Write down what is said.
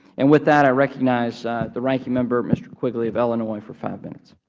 and with that, i recognize the ranking member, mr. quigley of illinois, for five minutes.